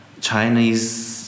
Chinese